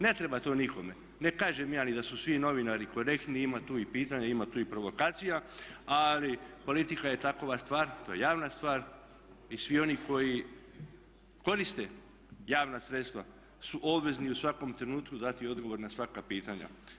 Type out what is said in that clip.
Ne treba to nikome, ne kažem ja ni da su svi novinari korektni, ima tu i pitanja, ima tu i provokacija ali politika je takva stvar, to je javna stvar i svi oni koji koriste javna sredstva su obvezni u svakom trenutku dati odgovor na svaka pitanja.